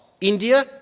India